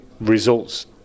results